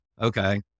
okay